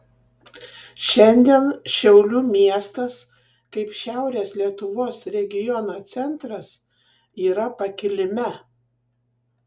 šiandien šiaulių miestas kaip šiaurės lietuvos regiono centras yra pakilime